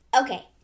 Okay